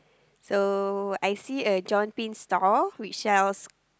so I see a John Tin stall which sells